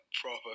proper